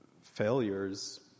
failures